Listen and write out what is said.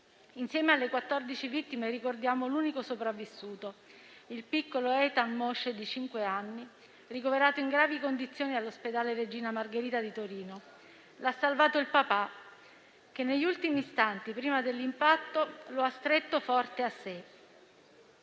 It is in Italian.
Insieme alle quattrodici vittime ricordiamo l'unico sopravvissuto, il piccolo Eitan Moshe di cinque anni, ricoverato in gravi condizioni all'ospedale Regina Margherita di Torino. L'ha salvato il papà, che negli ultimi istanti prima dell'impatto lo ha stretto forte a sé.